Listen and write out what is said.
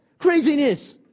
Craziness